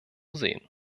sehen